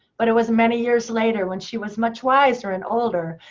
but it was many years later, when she was much wiser and older,